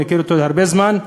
מכיר אותו הרבה זמן,